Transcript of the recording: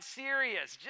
serious